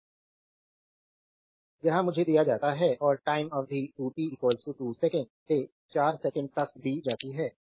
slide time देखें 2545 यह मुझे दिया जाता है और टाइम अवधि 2t 2 सेकंड से 4 सेकंड तक दी जाती है